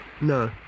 no